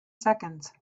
seconds